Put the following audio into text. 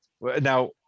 Now